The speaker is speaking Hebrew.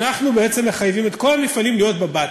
אנחנו מחייבים את כל המפעלים להיות ב-BAT,